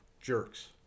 jerks